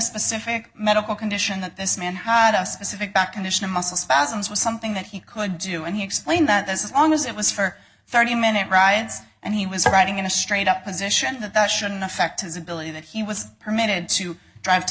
specific medical condition that this man had a specific back condition of muscle spasms was something that he could do and he explained that this is on as it was for thirty minute riots and he was riding in a straight up position that that shouldn't affect his ability that he was permitted to drive to